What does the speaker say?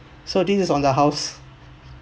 so this is on the house